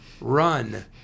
run